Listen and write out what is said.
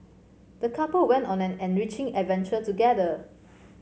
the couple went on an enriching adventure together